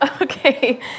Okay